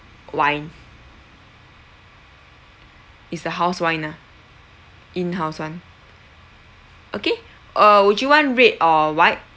wine is the house wine lah in house [one] okay uh would you want red or white